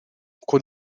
con